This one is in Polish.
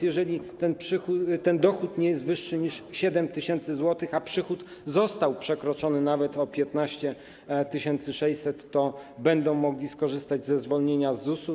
Jeżeli ten dochód nie jest wyższy niż 7 tys. zł, a przychód został przekroczony nawet o 15 600, to będą mogli skorzystać ze zwolnienia z ZUS-u.